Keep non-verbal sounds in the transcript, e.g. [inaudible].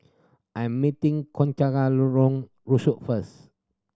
I am meeting Concha [unintelligible] Lorong Rusuk first